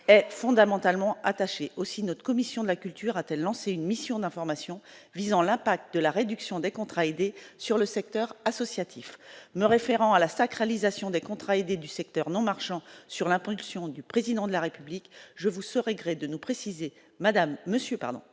est fondamentalement attaché aussi notre commission de la culture, a-t-elle lancé une mission d'information visant l'impact de la réduction des contrats aidés sur le secteur associatif, me référant à la sacralisation des contrats aidés du secteur non marchand sur l'impulsion du président de la République, je vous serais gré de nous préciser, madame, monsieur, pardon